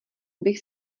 bych